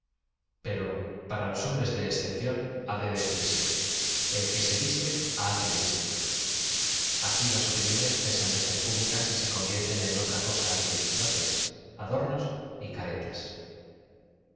pero para los hombres de excepción ha de decirse el que se viste hace el vesti do aquí las opio iones cesan de ser públicas y se con vierten en o tra coaa que disfraces adornos y caretas